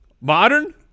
Modern